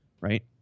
Right